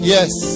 Yes